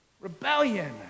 rebellion